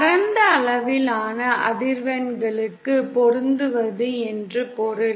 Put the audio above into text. பரந்த அளவிலான அதிர்வெண்களுக்கு பொருந்துவது என்று பொருள்